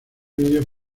video